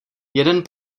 jeden